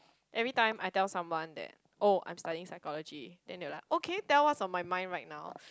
everytime I tell someone that oh I'm studying psychology then they will like okay tell what's on my mind right now